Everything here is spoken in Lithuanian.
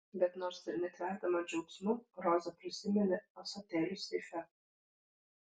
bet nors ir netverdama džiaugsmu roza prisiminė ąsotėlius seife